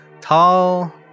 tall